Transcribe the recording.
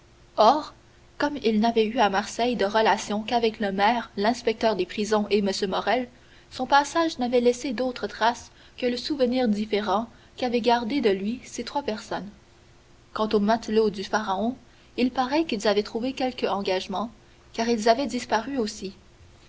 or comme il n'avait eu à marseille de relations qu'avec le maire l'inspecteur des prisons et m morrel son passage n'avait laissé d'autre trace que le souvenir différent qu'avaient gardé de lui ces trois personnes quant aux matelots du pharaon il paraît qu'ils avaient trouvé quelque engagement car ils avaient disparu aussi